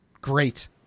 great